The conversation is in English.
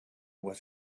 was